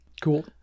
Cool